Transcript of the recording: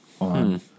on